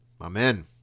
Amen